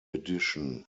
addition